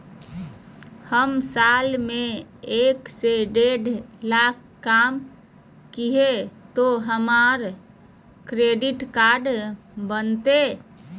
हम साल में एक से देढ लाख कमा हिये तो हमरा क्रेडिट कार्ड बनते?